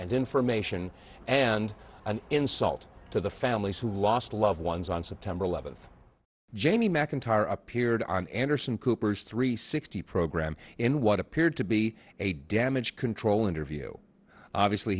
and information and an insult to the families who lost loved ones on september eleventh jamie mcintyre appeared on anderson cooper's three sixty program in what appeared to be a damage control interview obviously